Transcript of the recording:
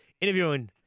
interviewing